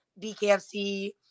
BKFC